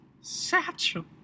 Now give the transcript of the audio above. Satchel